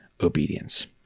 obedience